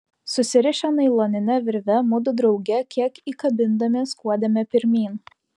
susirišę nailonine virve mudu drauge kiek įkabindami skuodėme pirmyn